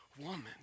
Woman